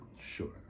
Sure